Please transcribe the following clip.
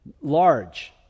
large